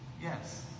Yes